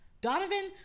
Donovan